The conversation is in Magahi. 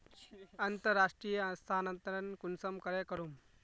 अंतर्राष्टीय स्थानंतरण कुंसम करे करूम?